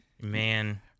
Man